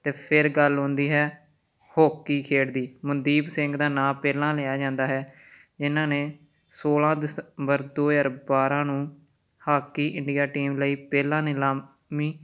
ਅਤੇ ਫੇਰ ਗੱਲ ਆਉਂਦੀ ਹੈ ਹੋਕੀ ਖੇਡ ਦੀ ਮਨਦੀਪ ਸਿੰਘ ਦਾ ਨਾਂ ਪਹਿਲਾਂ ਲਿਆ ਜਾਂਦਾ ਹੈ ਜਿਨ੍ਹਾਂ ਨੇ ਸੌਲ੍ਹਾਂ ਦਸੰਬਰ ਦੋ ਹਜ਼ਾਰ ਬਾਰ੍ਹਾਂ ਨੂੰ ਹਾਕੀ ਇੰਡੀਆ ਟੀਮ ਲਈ ਪਹਿਲਾ ਨਿਲਾਮੀ